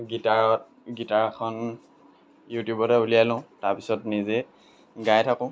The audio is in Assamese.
গীটাৰত গীটাৰখন ইউটিউবতে উলিয়াই লওঁ তাৰপিছত নিজে গাই থাকোঁ